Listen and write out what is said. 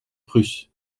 prusse